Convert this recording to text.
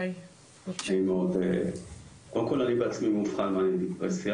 קודם כל אני בעצמי מאובחן במאניה דיפרסיה